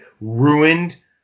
ruined